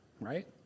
right